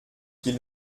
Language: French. qu’il